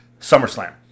SummerSlam